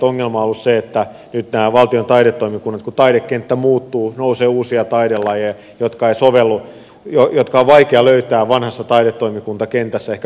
ongelma on ollut se että nyt näiden valtion taidetoimikuntien kohdalla kun taidekenttä muuttuu nousee uusia taidelajeja joiden on vaikea löytää vanhassa taidetoimikuntakentässä ehkä paikkaansa